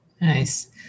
Nice